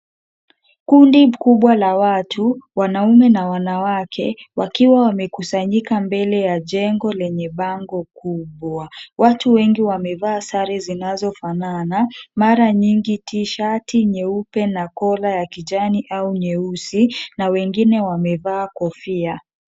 Kundi kubwa la watu, wanaume na wanawake , wakiwa wamekusanyika mbele ya jengo lenye bango kubwa. Watu wengi wamevaa sare zinazofanana. Mara nyingi tishati nyeupe na kola ya kijani au nyeusi, na wengine wamevaa kofia.